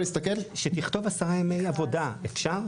שתכתוב 10 ימי עבודה, אפשר?